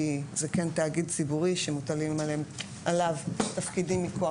כי זה כן תאגיד ציבורי שמוטלים עליו תפקידים מכוח